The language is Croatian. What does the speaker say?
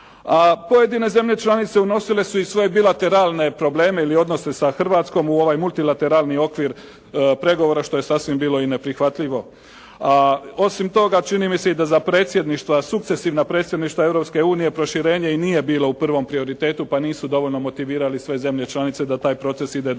A pojedine zemlje članice unosile su i svoje bilateralne probleme ili odnose sa Hrvatskom u ovaj multilateralni okvir pregovora što je sasvim bilo i neprihvatljivo. A osim toga čini mi se i da za predsjedništva, sukcesivna predsjedništva Europske unije proširenje i nije bilo u prvom prioritetu pa nisu dovoljno motivirali sve zemlje članice da taj proces ide dovoljno